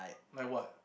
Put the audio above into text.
like what